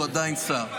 הוא עדיין שר.